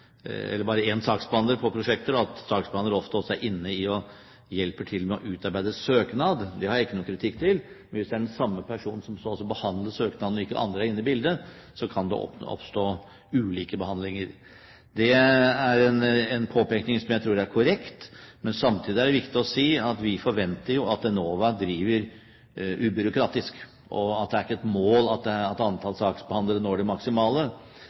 saksbehandler på prosjekter, og at saksbehandler ofte også er inne og hjelper til med å utarbeide søknad. Det har jeg ikke noe kritikk til. Men hvis det er den samme personen som også behandler søknaden, og det ikke er andre inne i bildet, kan det oppstå ulike behandlinger. Det er en påpekning som jeg tror er korrekt. Samtidig er det viktig å si at vi forventer jo at Enova driver ubyråkratisk, og at det ikke er et mål at antall saksbehandlere når det maksimale.